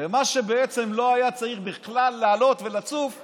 ומה שבעצם לא היה צריך בכלל לעלות ולצוף עולה.